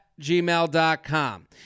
gmail.com